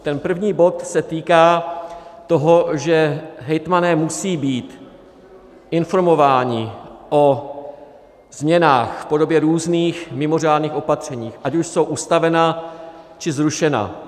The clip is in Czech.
Ten první bod se týká toho, že hejtmani musí být informováni o změnách v podobě různých mimořádných opatření, ať už jsou ustavena, či zrušena.